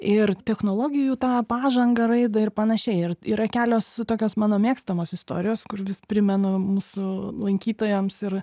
ir technologijų tą pažangą raidą ir panašiai ir yra kelios tokios mano mėgstamos istorijos kur vis primenu mūsų lankytojams ir